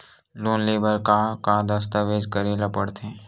Loan ले बर का का दस्तावेज करेला पड़थे?